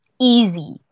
easy